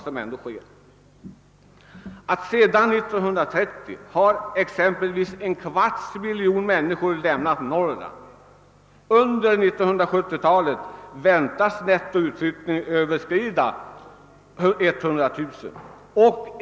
Sedan 1930 har en kvarts miljon människor lämnat Norrland. Under 1970 talet väntas nettoutflyttningen överskrida 100 000.